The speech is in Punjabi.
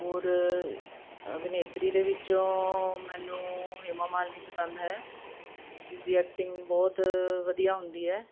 ਔਰ ਅਭਿਨੇਤਰੀ ਦੇ ਵਿੱਚੋਂ ਮੈਨੂੰ ਹੇਮਾ ਮਾਲਨੀ ਪਸੰਦ ਹੈ ਜਿਸ ਦੀ ਐਕਟਿੰਗ ਬਹੁਤ ਵਧੀਆ ਹੁੰਦੀ ਹੈ